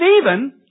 Stephen